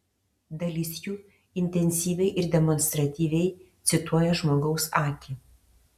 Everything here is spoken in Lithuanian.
dalis jų intensyviai ir demonstratyviai cituoja žmogaus akį